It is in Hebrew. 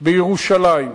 בירושלים,